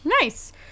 nice